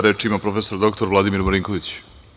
Reč ima prof. dr Vladimir Marinković.